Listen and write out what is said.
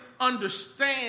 understand